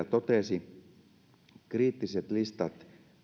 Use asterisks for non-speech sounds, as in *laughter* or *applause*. *unintelligible* totesi kriittisten alojen listat